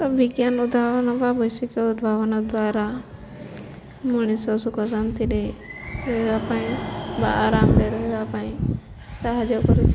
ତ ବିଜ୍ଞାନ ଉଦ୍ଭାବନ ବା ବୈଷୟିକ ଉଦ୍ଭାବନା ଦ୍ୱାରା ମଣିଷ ସୁଖଶାନ୍ତିରେ ରହିବା ପାଇଁ ବା ଆରାମଦାୟ ରହିବା ପାଇଁ ସାହାଯ୍ୟ କରୁଛି